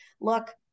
look